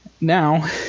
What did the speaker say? now